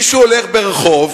מישהו הולך ברחוב,